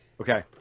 Okay